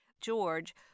George